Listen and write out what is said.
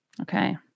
Okay